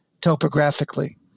topographically